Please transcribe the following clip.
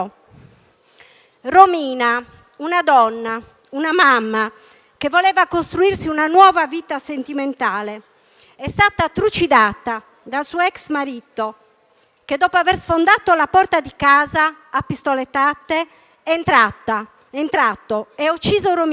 Romina, una donna, una mamma, che voleva costruirsi una nuova vita sentimentale, è stata trucidata dal suo ex marito, che dopo aver sfondato la porta di casa a pistolettate, è entrato e ha ucciso Romina,